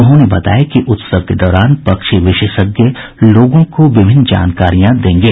उन्होंने बताया कि उत्सव के दौरान पक्षी विशेषज्ञ लोगों को विभिन्न जानकारियां देंगे